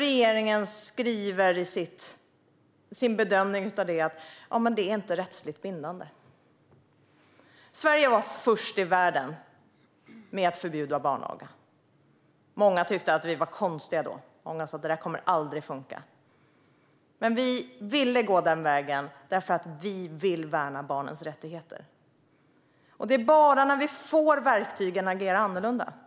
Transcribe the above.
Regeringen skriver i sin bedömning av dem att de inte är rättsligt bindande. Sverige var först i världen med att förbjuda barnaga. Många tyckte att Sverige var konstigt och sa att det aldrig kommer att funka. Men vi valde att gå den vägen därför att vi vill värna barnens rättigheter. Det är bara när man får verktygen som man agerar annorlunda.